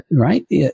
Right